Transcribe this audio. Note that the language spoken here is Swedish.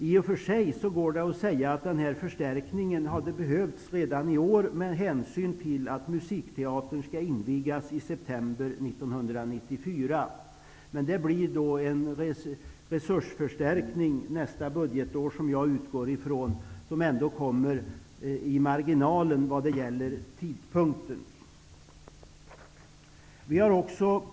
I och för sig kan man säga att denna förstärkning hade behövts redan i år med tanke på att Musikteatern skall invigas i september 1994. Men jag utgår ifrån att det nästa budgetår blir en resursförstärkning som ändå hamnar i marginalen vad gäller tidpunkten.